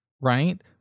right